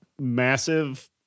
massive